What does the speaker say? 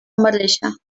marysia